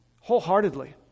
wholeheartedly